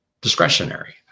discretionary